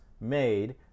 made